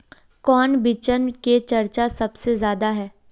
कौन बिचन के चर्चा सबसे ज्यादा है?